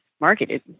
marketed